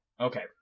Okay